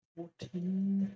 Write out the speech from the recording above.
Fourteen